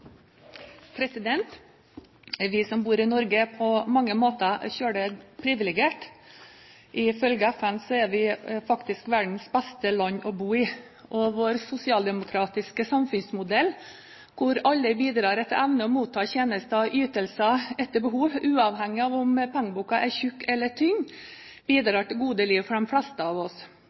på mange måter meget privilegert. Ifølge FN er vi faktisk verdens beste land å bo i, og vår sosialdemokratiske samfunnsmodell, hvor alle bidrar etter evne og mottar tjenester og ytelser etter behov, uavhengig av om pengeboken er tykk eller tynn, bidrar til gode liv for de fleste av oss.